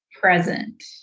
present